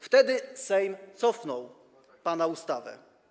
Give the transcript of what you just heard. Wtedy Sejm cofnął pana ustawę.